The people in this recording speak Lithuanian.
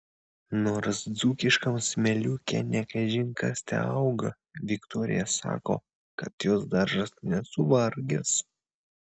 nors dzūkiškam smėliuke ne kažin kas teauga viktorija sako kad jos daržas nesuvargęs